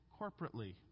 corporately